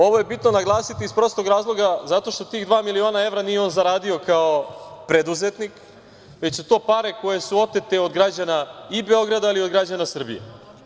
Ovo je bitno naglasiti iz prostog razloga, zato što tih dva miliona evra nije on zaradio kao preduzetnik, već su to pare koje su otete od građana i Beograda, ali i od građana Srbije.